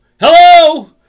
hello